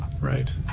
right